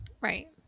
Right